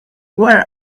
where